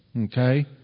Okay